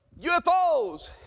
UFOs